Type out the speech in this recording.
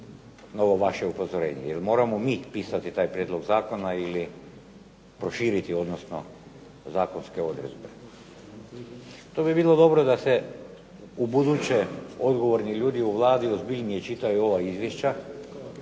ovo vaše upozorenje? Je li moramo mi pisati taj prijedlog zakona, ili proširiti, odnosno zakonske odredbe. To bi bilo dobro da se ubuduće odgovorni ljudi u Vladi ozbiljnije čitaju ova izvješća,